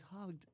hugged